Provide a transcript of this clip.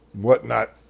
whatnot